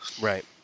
Right